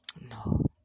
No